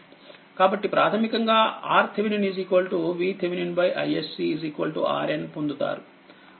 కాబట్టి ప్రాథమికంగా RThVThiSC RN పొందుతారు